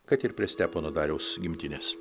kad ir prie stepono dariaus gimtinės